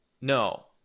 No